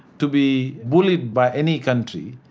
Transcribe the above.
to be bullied by any country,